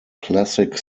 classic